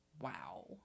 wow